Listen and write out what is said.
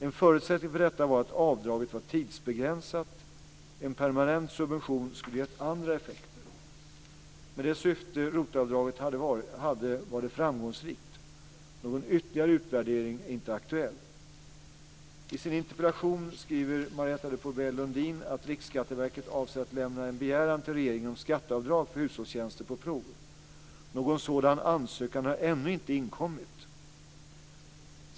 En förutsättning för detta var att avdraget var tidsbegränsat; en permanent subvention skulle gett andra effekter. Med det syfte ROT avdraget hade var det framgångsrikt. Någon ytterligare utvärdering är inte aktuell. Lundin att RSV avser att lämna en begäran till regeringen om skatteavdrag för hushållstjänster på prov. Någon sådan ansökan har ännu inte inkommit.